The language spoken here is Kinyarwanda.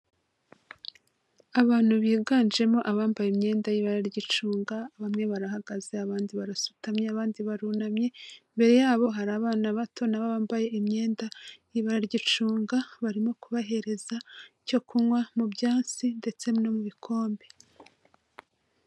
Abantu biganjemo abambaye imyenda y'ibara ry'icunga bamwe barahagaze abandi barasutamye abandi barunamye imbere yabo hari abana bato nabo bambaye imyenda y'ibara ry'icunga barimo kubahereza cyo kunywa mu byatsi ndetse no mu bikombe.